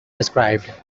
described